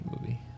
movie